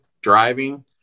driving